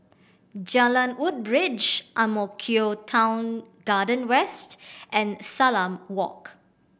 Jalan Woodbridge Ang Mo Kio Town Garden West and Salam Walk